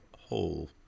whole